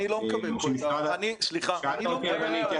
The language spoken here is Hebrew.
אני לא מקבל פה את ה- -- שאלת אותי אז אני אתייחס.